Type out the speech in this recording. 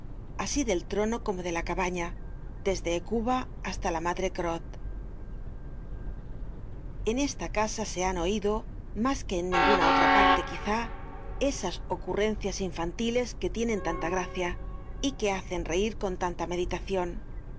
asi del trono como de la cabaña desde hecuba hasta la madre graud content from google book search generated at en esta casa se han oido mas que en ninguna otra parte quizá esas ocurrencias infantiles que tienen tanta gracia y que hacen reir con tanta meditacion